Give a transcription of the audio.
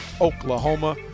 Oklahoma